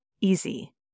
easy